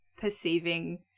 perceiving